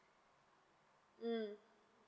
mm